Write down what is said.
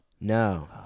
No